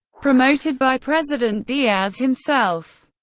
promoted by president diaz himself.